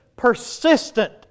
persistent